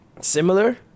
similar